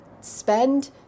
spend